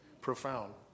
profound